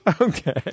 Okay